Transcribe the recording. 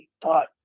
thought